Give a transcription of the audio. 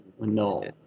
No